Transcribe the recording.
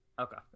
Okay